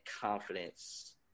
confidence